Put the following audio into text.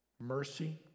Mercy